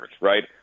right